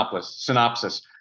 synopsis